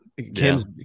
Kim's